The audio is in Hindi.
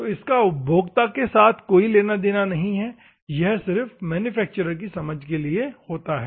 तो इसका उपभोक्ता से कोई लेना देना नहीं है यह सिर्फ मैन्युफैक्चरर की समझ के लिए है